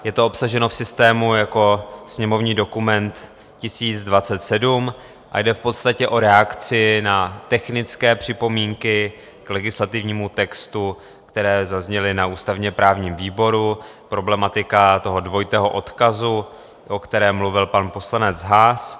Je to obsaženo v systému jako sněmovní dokument 1027 a jde v podstatě o reakci na technické připomínky k legislativnímu textu, které zazněly na ústavněprávním výboru, problematika toho dvojitého odkazu, o kterém mluvil pan poslanec Haas.